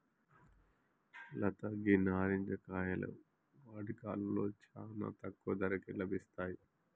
లత గీ నారింజ కాయలు వాటి కాలంలో చానా తక్కువ ధరకే లభిస్తాయి